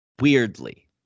Weirdly